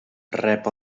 rep